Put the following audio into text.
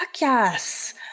Yes